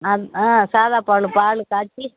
அது ஆ சாதாபால் பால் காய்ச்சி